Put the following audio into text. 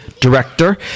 director